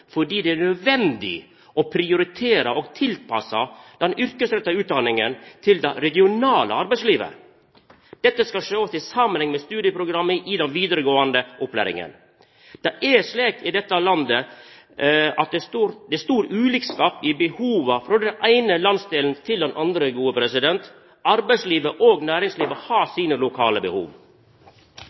fordi det er nødvendig å prioritera og tilpassa den yrkesretta utdanninga til det regionale arbeidslivet. Dette skal sjåast i samanheng med studieprogrammet i den vidaregåande opplæringa. Det er slik i dette landet at det er stor ulikskap i behova frå den eine landsdelen til den andre. Arbeidslivet og næringslivet har sine lokale behov.